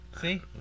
See